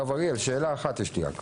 הרב אריאל, יש לי רק שאלה אחת.